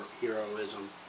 heroism